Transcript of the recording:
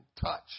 touch